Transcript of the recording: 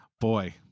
Boy